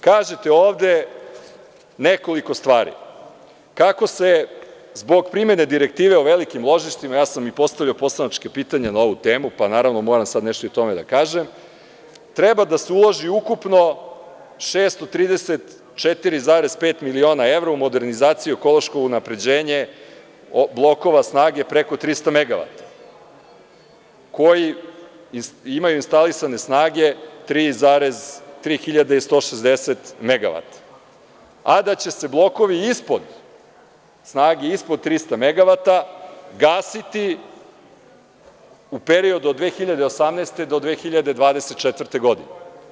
Kažete ovde nekoliko stvari, kako se zbog primene direktive o velikim ložištima, a ja sam i postavio poslaničko pitanje na ovu temu, pa moram sada nešto i o tome da kažem, treba da se uloži ukupno 634,5 miliona evra u modernizaciju ekološkog unapređenja blokova snage preko 300 megavata, koji ima instalisane snage 3,3160 megavata, a da će se blokovi ispod snage ispod 300 megavata, gasiti u periodu od 2018. godine do 2024. godine.